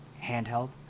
handheld